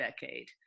decade